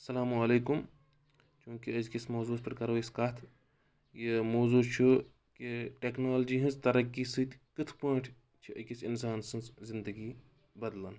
اسلامُ علیکُم چوٗنٛکہِ أزکِس موضوٗوَس پیٚٹھ کَرو أسۍ کَتھ یہِ موضوع چھُ کہِ ٹیکنالجی ہٕنٛز ترقی سۭتۍ کِتھ پٲنٛٹھۍ چھِ أکِس اِنسان سٕنٛز زندگی بدلَن